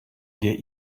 get